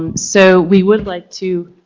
um so we would like to